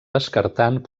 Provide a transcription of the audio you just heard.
descartant